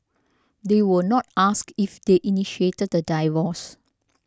they were not asked if they initiated the divorce